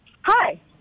Hi